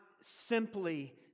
simply